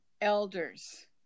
elders